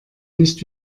nicht